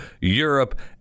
europe